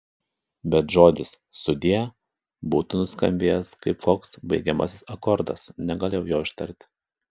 bet žodis sudie būtų nuskambėjęs kaip koks baigiamasis akordas negalėjau jo ištarti